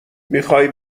میخای